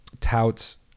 touts